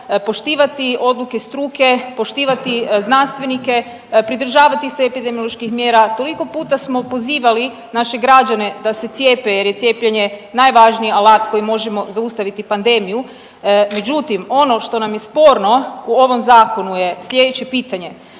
poštivati odluke struke, poštivati znanstvenike, pridržavati se epidemioloških mjera, toliko puta smo pozivali naše građane da se cijepe jer je cijepljenje najvažniji alata kojim možemo zaustaviti pandemiju, međutim ono što nam je sporno u ovom zakonu je sljedeće pitanje,